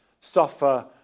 suffer